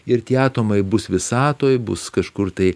ir tie atomai bus visatoj bus kažkur tai